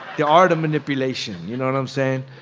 the art of manipulation, you know what i'm saying?